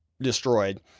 destroyed